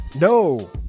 no